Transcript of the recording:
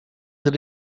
that